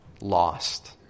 Lost